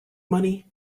money